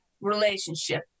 relationship